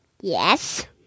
Yes